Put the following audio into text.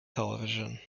television